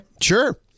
Sure